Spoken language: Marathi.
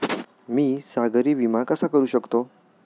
मी सागरी विमा कसा करू शकतो?